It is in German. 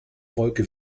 wolke